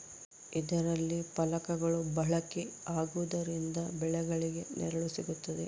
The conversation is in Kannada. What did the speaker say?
ಇದರಲ್ಲಿ ಫಲಕಗಳು ಬಳಕೆ ಆಗುವುದರಿಂದ ಬೆಳೆಗಳಿಗೆ ನೆರಳು ಸಿಗುತ್ತದೆ